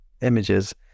images